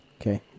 Okay